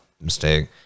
Mistake